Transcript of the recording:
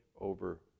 over